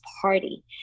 party